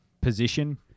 position